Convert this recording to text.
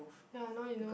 ya now you know